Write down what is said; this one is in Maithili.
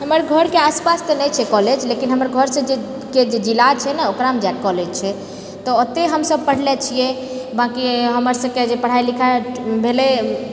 हमर घरके आसपास तऽ नहि छै कॉलेज लेकिन हमर घरसँ जे के जिला छै ने ओकरामे जाएके कॉलेज छै तऽ एतै हमसब पढ़ले छियै बाँकि हमर सबके जे पढ़ाइ लिखाइ भेलै